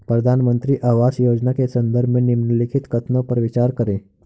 प्रधानमंत्री आवास योजना के संदर्भ में निम्नलिखित कथनों पर विचार करें?